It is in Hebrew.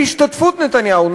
בהשתתפות נתניהו,